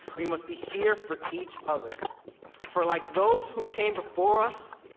we must be here for each other for like those who came before us,